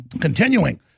continuing